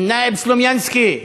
אל-נאאב סלומינסקי,